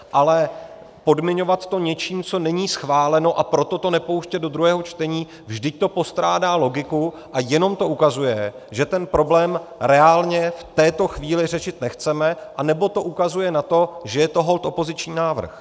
Ale podmiňovat to něčím, co není schváleno, a proto to nepouštět do druhého čtení vždyť to postrádá logiku a jenom to ukazuje, že ten problém reálně v této chvíli řešit nechceme, anebo to ukazuje na to, že je to holt opoziční návrh.